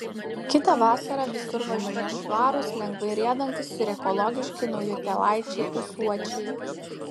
kitą vasarą visur važinės švarūs lengvai riedantys ir ekologiški naujutėlaičiai ūsuočiai